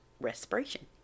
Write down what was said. respiration